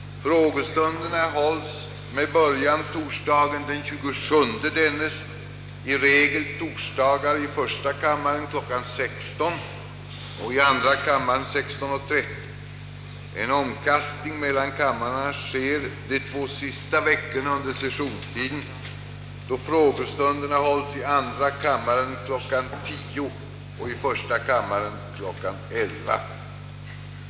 Frågestunderna hålles, med början torsdagen den 27 dennes, i regel torsdagar i första kammaren kl. 16.00 och i andra kammaren 16.30; en omkastning mellan kamrarna sker de två sista veckorna under sessionen, då frågestunderna hålles i andra kammaren kl. 10.00 och i första kammaren kl. 11.00.